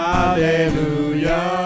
Hallelujah